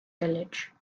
village